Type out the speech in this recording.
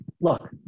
look